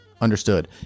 understood